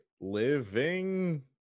living